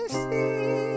see